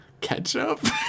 Ketchup